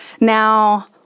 Now